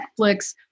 Netflix